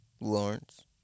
Lawrence